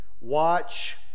Watch